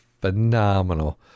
phenomenal